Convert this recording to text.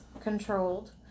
controlled